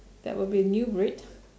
that would be a new breed